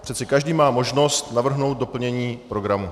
Přece každý má možnost navrhnout doplnění programu.